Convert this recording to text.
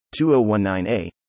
2019a